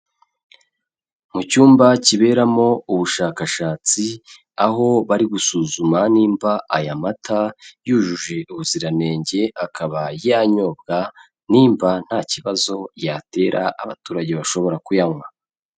Mu cyumba kiberamo ubushakashatsi, aho bari gusuzuma nimba aya mata yujuje ubuziranenge akaba yanyobwa nimba nta kibazo yatera abaturage bashobora kuyanywa.